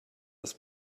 das